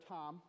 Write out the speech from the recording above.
Tom